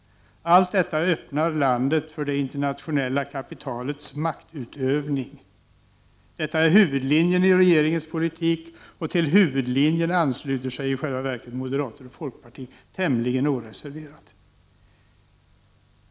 Allt detta öppnar landet för det internationella kapitalets maktutövning. Detta är huvudlinjen i regeringens politik, och till den huvudlinjen ansluter sig i själva verket moderater och folkpartiet tämligen oreserverat.